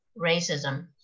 racism